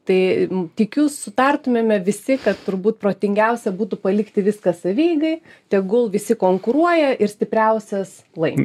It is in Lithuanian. tai tikiu sutartumėme visi kad turbūt protingiausia būtų palikti viską savieigai tegul visi konkuruoja ir stipriausias laimi